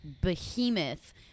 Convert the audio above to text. behemoth